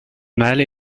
male